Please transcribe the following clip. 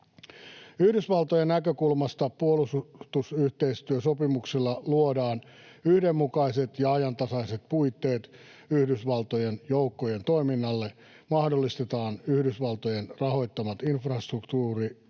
Yhdysvaltojen näkökulmasta puolustusyhteistyösopimuksilla luodaan yhdenmukaiset ja ajantasaiset puitteet Yhdysvaltojen joukkojen toiminnalle, mahdollistetaan Yhdysvaltojen rahoittamat infrastruktuuri-investoinnit